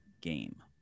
game